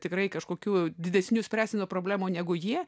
tikrai kažkokių didesnių spręstinų problemų negu jie